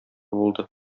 булды